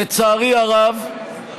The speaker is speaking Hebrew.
לצערי הרב,